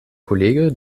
kollege